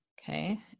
okay